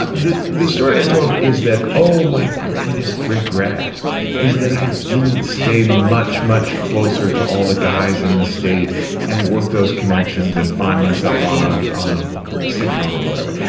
the the story i've told is that, oh, my greatest regret is that i didn't stay much, much closer to all the guys in the state and worked those connections and find myself on ah on a sitcom or whatever.